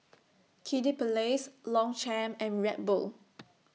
Kiddy Palace Longchamp and Red Bull